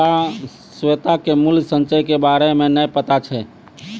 श्वेता के मूल्य संचय के बारे मे नै पता छै